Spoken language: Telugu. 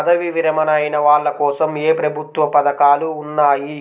పదవీ విరమణ అయిన వాళ్లకోసం ఏ ప్రభుత్వ పథకాలు ఉన్నాయి?